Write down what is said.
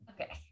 Okay